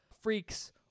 Freaks